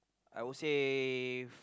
I would say